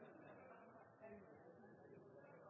ein